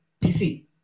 PC